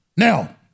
Now